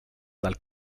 dal